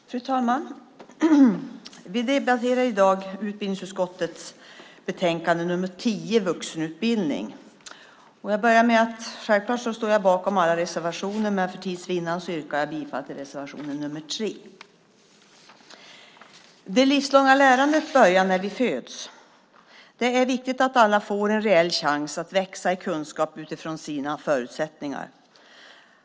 Fru talman! Vi debatterar i dag utbildningsutskottets betänkande nr 10 om vuxenutbildning. Jag står självklart bakom alla våra reservationer, men för tids vinnande yrkar jag bifall bara till reservation nr 3. Det livslånga lärandet börjar när vi föds. Det är viktigt att alla får en reell chans att växa i kunskap utifrån sina förutsättningar.